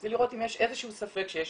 זה לראות אם יש איזה שהוא ספק שיש